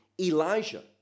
Elijah